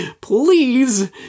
Please